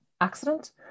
accident